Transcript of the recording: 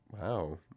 Wow